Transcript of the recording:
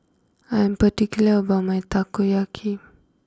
I am particular about my Takoyaki